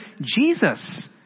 Jesus